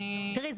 תראי,